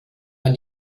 man